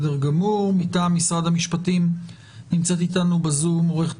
מטעם משרד המשפטים נמצאת אתנו בזום עו"ד